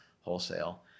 wholesale